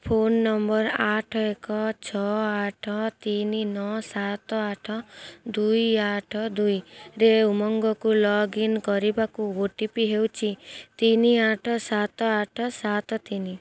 phone number ଆଠ ଏକ ଛଅ ଆଠ ତିନି ନଅ ସାତ ଆଠ ଦୁଇ ଆଠ ଦୁଇରେ ଉମଙ୍ଗକୁ ଲଗ୍ଇନ୍ କରିବାକୁ ଓ ଟି ପି ହେଉଛି ତିନି ଆଠ ସାତ ଆଠ ସାତ ତିନି